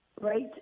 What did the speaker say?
right